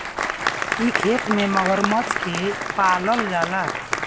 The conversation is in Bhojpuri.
इ खेती में मगरमच्छ के पालल जाला